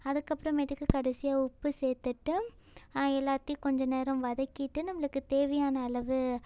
அதுக்கப்புறமேட்டுக்கு கடைசியாக உப்பு சேர்த்துட்டு எல்லாத்தையும் கொஞ்ச நேரம் வதக்கிட்டு நம்மளுக்கு தேவையான அளவு